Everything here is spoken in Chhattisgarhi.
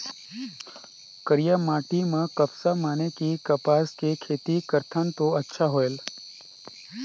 करिया माटी म कपसा माने कि कपास के खेती करथन तो अच्छा होयल?